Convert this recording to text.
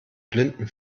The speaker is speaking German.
blinden